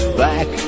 back